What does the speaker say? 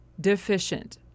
deficient